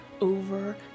over